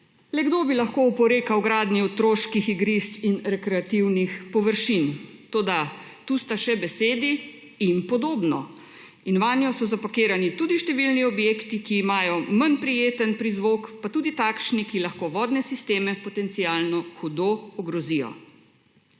le kdo bi lahko oporekal gradnji otroških igrišč in rekreativnih površin! Toda, tu sta še besedi »in podobno« in vanjo so zapakirani tudi številni objekti, ki imajo manj prijeten prizvok, pa tudi takšni, ki lahko vodne sisteme potencialno hudo ogrozijo.